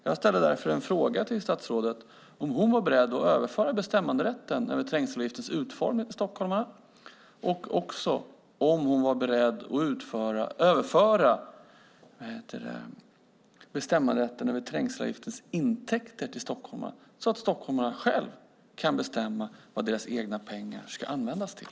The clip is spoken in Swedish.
Jag ställde därför en fråga till statsrådet om hon var beredd att överföra bestämmanderätten över trängselavgiftens utformning till stockholmarna och också om hon var beredd att överföra bestämmanderätten över trängselavgiftens intäkter till stockholmarna så att stockholmarna själva kan bestämma vad deras egna pengar ska användas till.